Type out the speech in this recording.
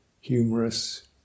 humorous